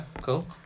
cool